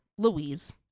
louise